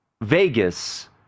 Vegas